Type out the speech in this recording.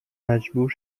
مجبور